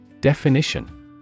Definition